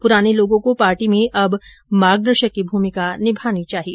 पुराने लोगों को पार्टी में अब मार्गदर्शक की भूमिका निभानी चाहिए